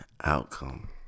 outcome